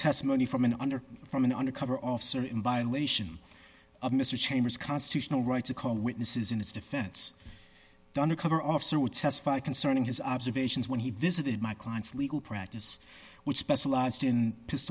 testimony from an under from an undercover officer in violation of mr chambers constitutional right to call witnesses in his defense undercover officer would testify concerning his observations when he visited my client's legal practice which specialized in